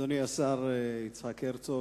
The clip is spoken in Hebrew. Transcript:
אדוני השר יצחק הרצוג,